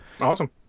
Awesome